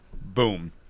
Boom